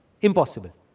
Impossible